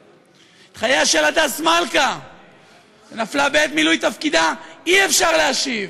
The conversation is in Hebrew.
את חייה של הדס מלכא שנפלה בעת מילוי תפקידה אי-אפשר להשיב.